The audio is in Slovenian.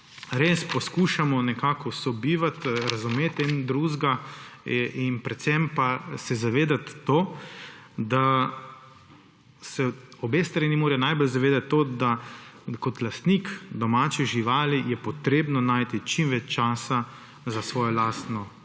res poskušamo nekako sobivati, razumeti en drugega in predvsem se zavedati tega, da se obe strani morata najbolj zavedati tega, da kot lastnik domače živali je treba najti čim več časa za svojo domačo žival.